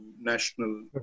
national